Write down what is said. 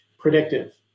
Predictive